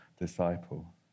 disciple